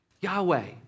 Yahweh